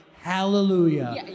hallelujah